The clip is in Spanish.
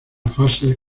fases